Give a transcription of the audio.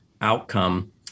outcome